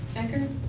becker?